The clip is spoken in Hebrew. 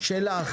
שלך